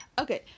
Okay